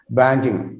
banking